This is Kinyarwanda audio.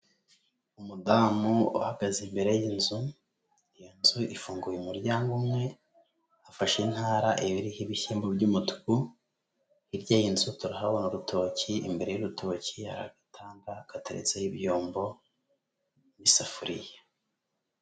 Umudamu uhagaze imbere y'inzu, iyo nzu ifunguye umuryango umwe, afashe intara iriho ibishyimbo by'umutuku, hirya y'inzu turahabona urutoki, imbere y'urutoki hari agatanda gateretseho ibyombo n'isafuriya.